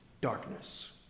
darkness